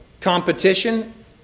Competition